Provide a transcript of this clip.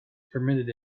permitted